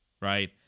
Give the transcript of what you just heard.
right